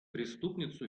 преступницу